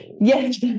Yes